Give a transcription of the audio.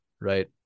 right